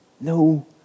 No